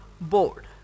board